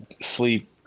sleep